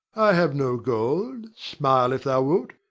have no gold smile if thou wilt,